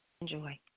Enjoy